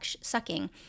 sucking